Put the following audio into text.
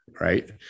Right